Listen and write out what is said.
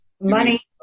Money